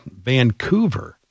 Vancouver